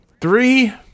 Three